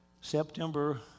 September